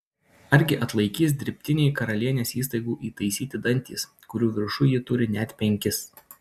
argi atlaikys dirbtiniai karalienės įstaigų įtaisyti dantys kurių viršuj ji turi net penkis